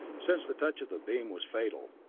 since the touch of the beam was fatal.